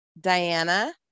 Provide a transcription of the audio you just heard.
Diana